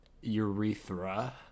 urethra